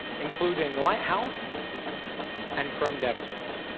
including lighthouse and chrome devtools.